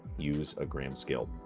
use a gram scale.